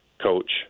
coach